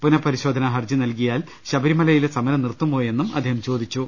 പുനപരിശോധനാ ഹർജി നൽകിയാൽ ശബരിമലയിലെ സമരം നിർത്തുമോയെന്നും അദ്ദേഹം ചോദിച്ചു